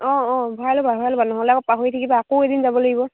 অঁ অঁ ভৰাই ল'বা ভৰাই ল'বা নহ'লে আকৌ পাহৰি থাকিবা আকৌ এদিন যাব লাগিব